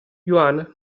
juan